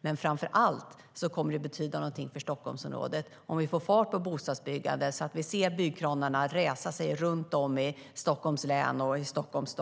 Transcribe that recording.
Men framför allt kommer det att betyda någonting för Stockholmsområdet om vi får fart på bostadsbyggandet och får se byggkranarna resa sig runt om i Stockholms stad och Stockholms